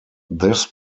this